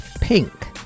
Pink